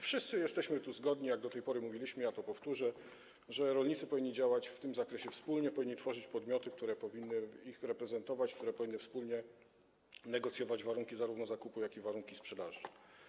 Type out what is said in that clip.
Wszyscy jesteśmy tu zgodni - tak do tej pory mówiliśmy, ja to powtórzę - że rolnicy powinni działać w tym zakresie wspólnie, powinni tworzyć podmioty, które mają ich reprezentować, które mają wspólnie negocjować zarówno warunki zakupu, jak i warunki sprzedaży.